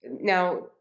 now